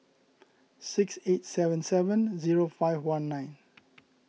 six eight seven seven zero five one nine